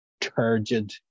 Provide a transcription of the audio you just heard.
turgid